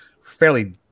fairly